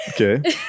okay